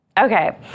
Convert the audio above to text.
Okay